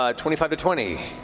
um twenty five to twenty?